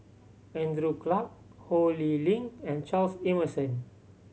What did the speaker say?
Andrew Clarke Ho Lee Ling and Charles Emmerson